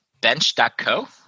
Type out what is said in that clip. bench.co